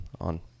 on